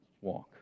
walk